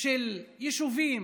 של יישובים,